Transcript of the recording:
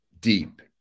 deep